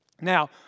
Now